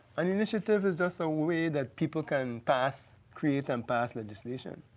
an initiative is just a way that people can pass, create and pass legislation.